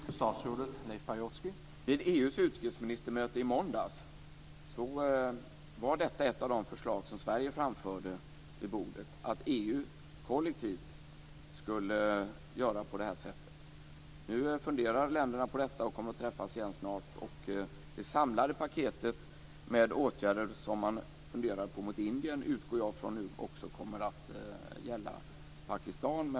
Herr talman! Vid EU:s utrikesministermöte i måndags var ett av de förslag som Sverige framförde vid bordet, att EU kollektivt skulle göra på det här sättet. Nu funderar länderna på detta och kommer att träffas igen snart. Det samlade paket med åtgärder som man funderar på mot Indien utgår jag från nu också kommer att gälla Pakistan.